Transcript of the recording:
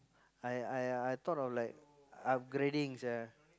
I I I thought of like upgrading sia